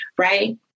Right